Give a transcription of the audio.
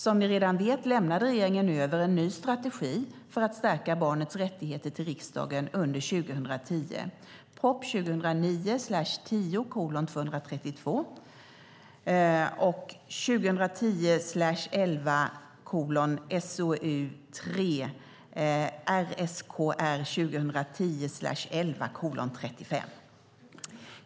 Som ni redan vet lämnade regeringen över en ny strategi för att stärka barnets rättigheter till riksdagen under 2010 .